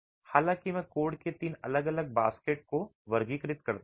हालांकि मैं कोड के तीन अलग अलग बास्केट को वर्गीकृत करता हूं